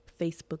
facebook